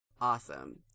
Awesome